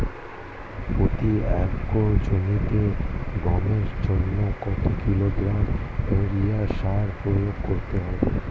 প্রতি একর জমিতে গমের জন্য কত কিলোগ্রাম ইউরিয়া সার প্রয়োগ করতে হয়?